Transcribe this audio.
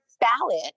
ballot